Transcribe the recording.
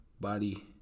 Body